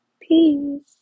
Peace